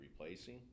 replacing